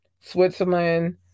Switzerland